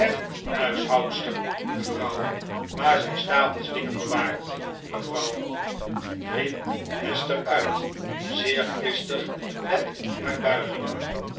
huishoudster mevrouw waar zij stapels dingen bewaart mevrouw riep de bereidwillige kleine hester uit zeer kwistig met haar buigingen